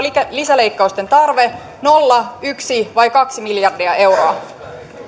ja onko lisäleikkausten tarve nolla yksi vai kaksi miljardia euroa